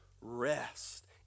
rest